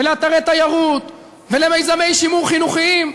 לאתרי תיירות ולמיזמי שימור חינוכיים.